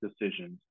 decisions